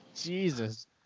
Jesus